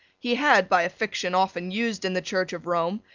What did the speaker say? he had, by a fiction often used in the church of rome,